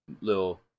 little